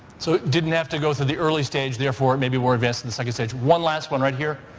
so it didn't have to go through the early stage therefore it may be more advanced in the second stage. one last one right here,